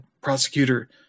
prosecutor